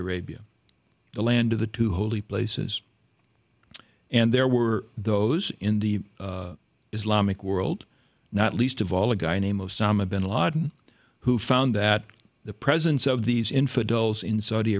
arabia the land of the two holy places and there were those in the islamic world not least of all a guy named osama bin laden who found that the presence of these infidels in saudi